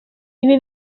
ibi